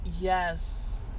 yes